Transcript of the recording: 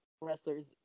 wrestlers